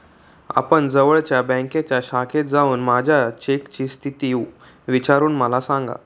आपण जवळच्या बँकेच्या शाखेत जाऊन माझ्या चेकची स्थिती विचारून मला सांगा